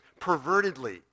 pervertedly